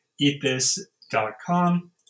eatthis.com